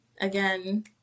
again